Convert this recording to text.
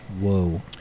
Whoa